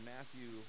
Matthew